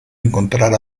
encontrar